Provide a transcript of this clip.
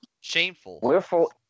Shameful